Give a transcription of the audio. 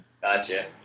Gotcha